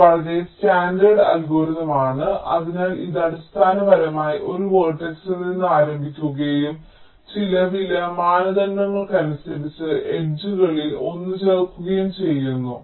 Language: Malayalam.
ഇത് വളരെ സ്റ്റാൻഡേർഡ് അൽഗോരിതം ആണ് അതിനാൽ ഇത് അടിസ്ഥാനപരമായി ഒരു വേർട്ടക്സിൽ നിന്ന് ആരംഭിക്കുകയും ചില വില മാനദണ്ഡങ്ങൾക്കനുസരിച്ച് എഡ്ജുകളിൽ ഒന്ന് ചേർക്കുകയും ചെയ്യുന്നു